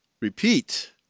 repeat